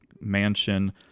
mansion